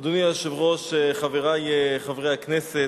אדוני היושב-ראש, חברי חברי הכנסת,